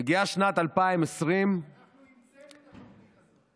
מגיעה שנת 2020, אנחנו המצאנו את התוכנית הזאת.